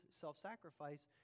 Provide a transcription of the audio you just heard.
self-sacrifice